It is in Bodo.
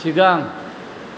सिगां